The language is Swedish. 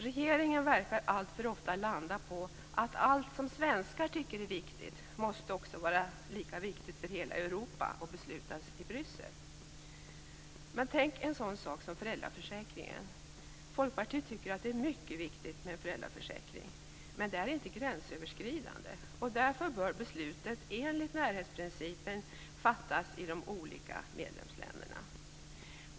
Regeringen verkar alltför ofta landa på att allt som svenskar tycker är viktigt måste också vara lika för hela Europa och beslutas i Bryssel. Ta en sådan sak som föräldraförsäkringen. Folkpartiet tycker det är mycket viktigt med en föräldraförsäkring, men det är inte gränsöverskridande och därför bör beslutet enligt närhetsprincipen fattas i de olika medlemsländerna.